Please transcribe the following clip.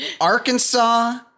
Arkansas